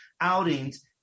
outings